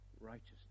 righteousness